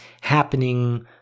happening